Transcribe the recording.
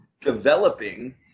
developing